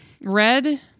Red